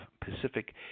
Pacific